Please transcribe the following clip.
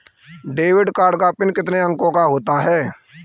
Debit card का PIN कितने अंकों का होता है?